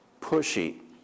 pushy